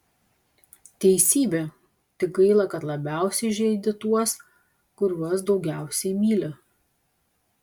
teisybė tik gaila kad labiausiai žeidi tuos kuriuos daugiausiai myli